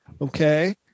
Okay